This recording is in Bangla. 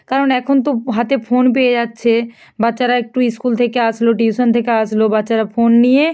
কারণ এখন তো হাতে ফোন পেয়ে যাচ্ছে বাচ্চারা একটু স্কুল থেকে আসলো টিউশন থেকে আসলো বাচ্চারা ফোন নিয়ে